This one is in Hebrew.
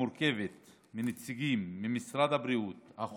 המורכבת מנציגים של משרד הבריאות ומשרד